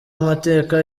amateka